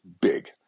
big